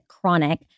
chronic